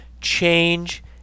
change